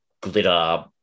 glitter